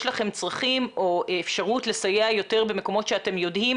יש לכם צרכים או אפשרות לסייע יותר במקומות שאתם יודעים